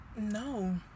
No